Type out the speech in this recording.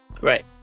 right